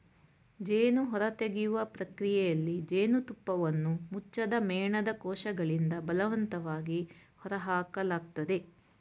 ಜೇನು ಹೊರತೆಗೆಯುವ ಪ್ರಕ್ರಿಯೆಯಲ್ಲಿ ಜೇನುತುಪ್ಪವನ್ನು ಮುಚ್ಚದ ಮೇಣದ ಕೋಶಗಳಿಂದ ಬಲವಂತವಾಗಿ ಹೊರಹಾಕಲಾಗ್ತದೆ